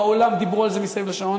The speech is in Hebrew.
בעולם דיברו על זה מסביב לשעון.